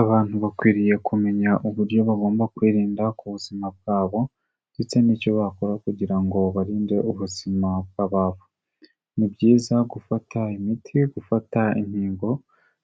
Abantu bakwiriye kumenya uburyo bagomba kwirinda ku buzima bwabo, ndetse n'icyo bakora kugira ngo barinde ubuzima bwa bantu, ni byiza gufata imiti, gufata inyingo